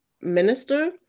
minister